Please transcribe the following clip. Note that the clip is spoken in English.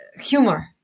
humor